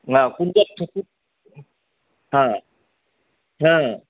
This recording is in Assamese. অঁ কুঞ্জ ঠাকুৰ